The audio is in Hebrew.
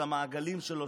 המעגלים שלו,